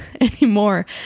anymore